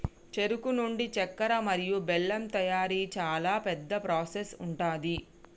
చెరుకు నుండి చెక్కర మరియు బెల్లం తయారీ చాలా పెద్ద ప్రాసెస్ ఉంటది